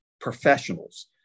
professionals